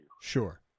Sure